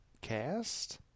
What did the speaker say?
cast